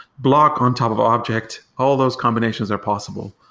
block on top of object. all those combinations are possible.